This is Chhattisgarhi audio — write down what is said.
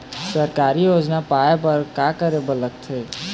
सरकारी योजना पाए बर का करे बर लागथे?